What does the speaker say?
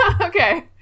Okay